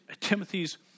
Timothy's